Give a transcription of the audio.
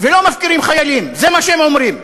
ולא מפקירים חיילים, זה מה שהם אומרים.